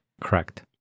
Correct